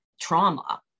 trauma